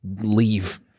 leave